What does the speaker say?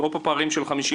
אני רואה פה פערים של 50%,